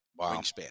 wingspan